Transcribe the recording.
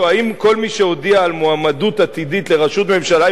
אם כל מי שהודיע על מועמדות עתידית לראשות ממשלה,